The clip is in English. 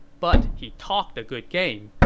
but he talked a good game,